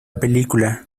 película